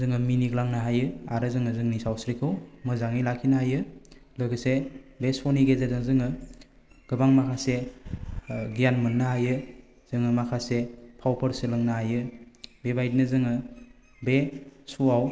जोङो मिनिग्लांनो हायो आरो जोङो जोंनि सावस्रिखौ मोजाङै लाखिनो हायो लोगोसे बे श' नि गेजेरजों जोङो गोबां माखासे गियान मोननो हायो जोङो माखासे फावफोर सोलोंनो हायो बेबायदिनो जोङो बे श' आव